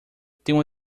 tenho